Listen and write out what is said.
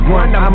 one